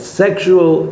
sexual